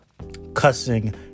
cussing